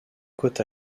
côte